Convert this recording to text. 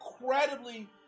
incredibly